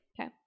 Okay